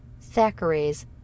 Thackeray's